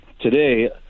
today